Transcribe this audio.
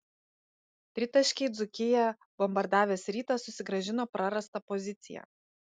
tritaškiai dzūkiją bombardavęs rytas susigrąžino prarastą poziciją